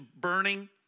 burning